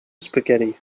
spaghetti